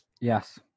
Yes